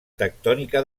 tectònica